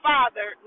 Father